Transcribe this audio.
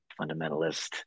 fundamentalist